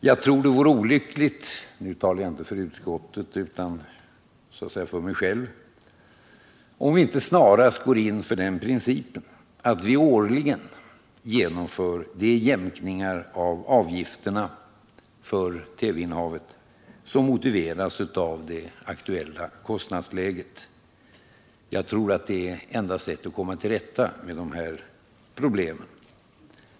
Jag tror det vore olyckligt — här talar jag inte för utskottet, utan så att säga för mig själv — om vi inte snarast går in för den principen att vi årligen genomför de jämkningar av avgifterna för TV-innehavet som motiveras av det aktuella kostnadsläget. Det torde vara det enda sättet att komma till rätta med de här problemen.